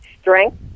strength